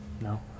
No